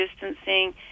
distancing